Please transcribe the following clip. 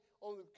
on